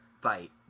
fight